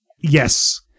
Yes